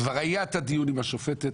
כבר היה דיון עם השופטת,